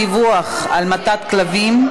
דיווח על המתת כלבים),